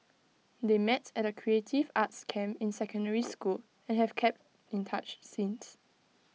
they met at A creative arts camp in secondary school and have kept in touch since